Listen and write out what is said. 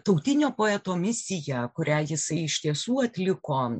tautinio poeto misija kurią jisai iš tiesų atliko